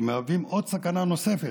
שמהווים עוד סכנה נוספת,